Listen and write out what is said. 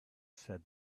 says